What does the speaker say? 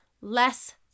Less